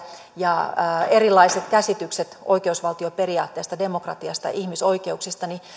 ja erilaiset käsitykset oikeusvaltioperiaatteesta demokratiasta ja ihmisoikeuksista niin